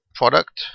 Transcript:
product